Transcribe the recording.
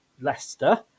Leicester